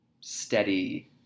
steady